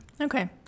Okay